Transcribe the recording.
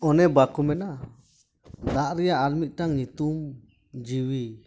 ᱚᱱᱮ ᱵᱟᱠᱚ ᱢᱮᱱᱟ ᱫᱟᱜ ᱨᱮᱭᱟᱜ ᱟᱨᱢᱤᱫᱴᱟᱝ ᱧᱩᱛᱩᱢ ᱡᱤᱣᱤ